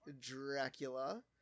Dracula